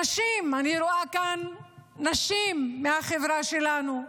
הנשים, אני רואה כאן נשים מהחברה שלנו,